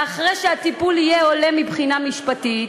ואחרי שהטיפול יהיה הולם מבחינה משפטית,